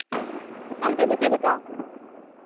ᱟᱢ ᱥᱮᱫ ᱫᱚ ᱪᱮᱫ ᱞᱮᱠᱟ